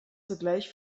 sogleich